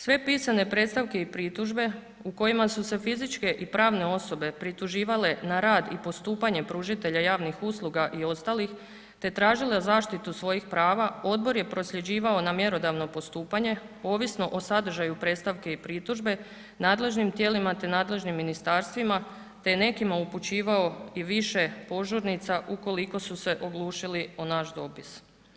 Sve pisane predstavke i pritužbe u kojima su se fizičke i pravne osobe prituživale na rad i postupanje pružatelja javnih usluga i ostalih te tražile zaštitu svojih prava odbor je prosljeđivao na mjerodavno postupanje ovisno o sadržaju predstavke i pritužbe nadležnim tijelima te nadležnim ministarstvima te je nekima upućivao i više požurnica ukoliko su se oglušili o naš dopis.